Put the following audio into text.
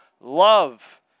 love